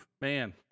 Man